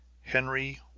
Henry